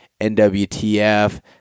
NWTF